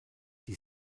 die